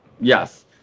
yes